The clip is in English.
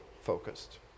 focused